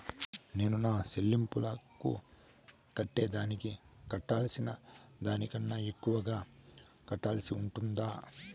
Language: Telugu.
నేను నా సెల్లింపులకు కట్టేదానికి కట్టాల్సిన దానికన్నా ఎక్కువగా కట్టాల్సి ఉంటుందా?